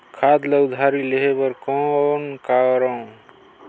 खाद ल उधारी लेहे बर कौन करव?